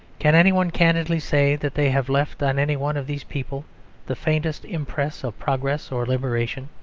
can any one candidly say that they have left on any one of these people the faintest impress of progress or liberation?